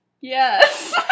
yes